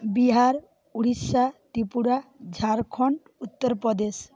Bihar Orissa Tripura Jharkhand Uttar Pradesh